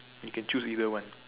you can choose either one